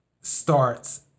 starts